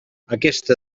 aquesta